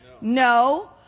No